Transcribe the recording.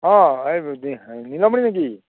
অ' এই নিলমণি নেকি